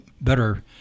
better